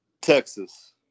Texas